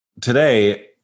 today